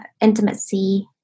intimacy